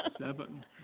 Seven